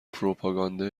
پروپاگانده